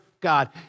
God